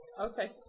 Okay